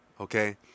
okay